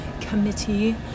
committee